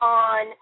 on